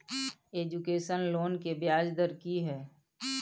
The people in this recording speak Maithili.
एजुकेशन लोन के ब्याज दर की हय?